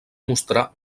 mostrar